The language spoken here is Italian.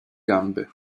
gambe